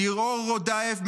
ליאור רודאיף,